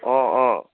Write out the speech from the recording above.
অ অ